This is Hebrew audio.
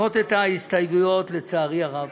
ולדחות את ההסתייגויות, לצערי הרב,